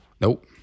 Nope